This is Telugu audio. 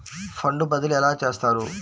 ఫండ్ బదిలీ ఎలా చేస్తారు?